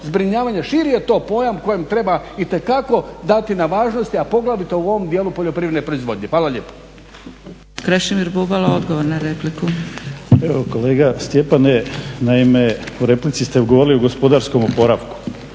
zbrinjavanje, širi je to pojam koje treba itekako dati na važnosti a poglavito u ovom dijelu poljoprivredne proizvodnje. Hvala lijepo.